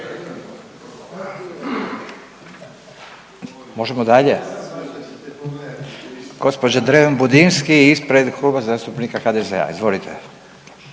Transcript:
Možemo dalje? Gđa. Dreven Budinski ispred Kluba zastupnika HDZ-a, izvolite.